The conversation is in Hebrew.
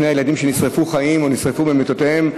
שנשרפו חיים או נשרפו במיטותיהם,